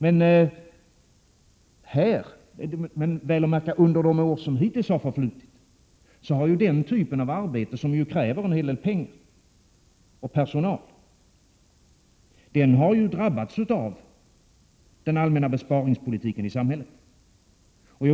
Men under de år som hittills har förflutit har den typen av arbete, som kräver en hel del pengar och personal, väl att märka drabbats av den allmänna besparingspolitiken i samhället.